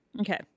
Okay